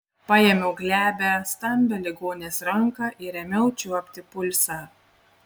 paėmiau glebią stambią ligonės ranką ir ėmiau čiuopti pulsą